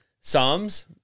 Psalms